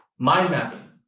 mindmapping.